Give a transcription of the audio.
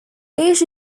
each